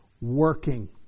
working